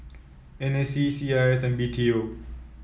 N A C C I S and B T O